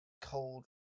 cold